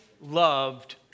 loved